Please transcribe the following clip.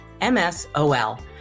msol